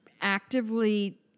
actively